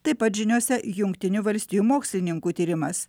taip pat žiniose jungtinių valstijų mokslininkų tyrimas